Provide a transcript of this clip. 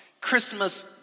Christmas